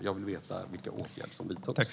Jag vill veta vilka åtgärder som vidtas.